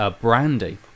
brandy